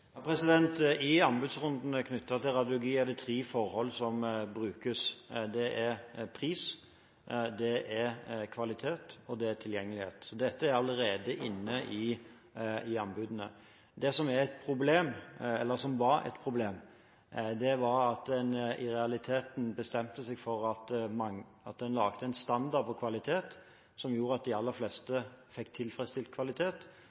I anbudsrundene knyttet til radiologi er det tre forhold som brukes. Det er pris, det er kvalitet, og det er tilgjengelighet. Så dette er allerede inne i anbudene. Det som var et problem, var at en i realiteten bestemte seg for at en laget en standard på kvalitet som gjorde at de aller fleste fikk tilfredsstilt kvalitet.